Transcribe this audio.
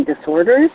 disorders